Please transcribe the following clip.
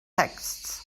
texts